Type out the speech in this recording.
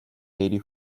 eighty